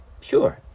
Sure